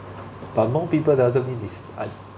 but more people doesn't mean it's uh